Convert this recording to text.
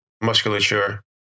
musculature